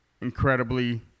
incredibly